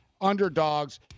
underdogs